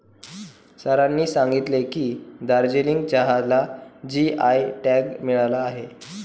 सरांनी सांगितले की, दार्जिलिंग चहाला जी.आय टॅग मिळाला आहे